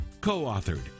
co-authored